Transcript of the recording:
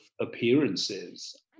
appearances